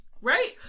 right